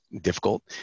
difficult